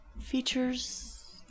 features